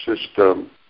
system